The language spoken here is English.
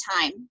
time